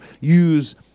use